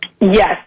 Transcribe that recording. Yes